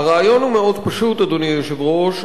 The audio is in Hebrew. הרעיון הוא מאוד פשוט, אדוני היושב-ראש.